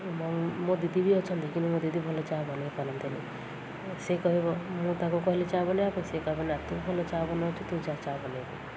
ମୋ ଦିଦି ବି ଅଛନ୍ତି କିନ୍ତୁ ମୋ ଦିଦି ଭଲ ଚା ବନାଇ ପାରନ୍ତିନି ସେ କହିବ ମୁଁ ତାକୁ କହିଲେ ଚା ବନାଇବାକୁ ପାଇଁ ସେ କହିବ ନା ତୁ ଭଲ ଚା ବନଉଛି ତୁ ଯା ଚା ବନାଇବୁ